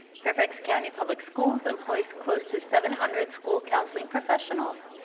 fairfax county public schools employs close to seven hundred school counseling professionals,